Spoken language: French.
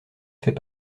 fait